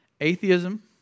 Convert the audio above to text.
Atheism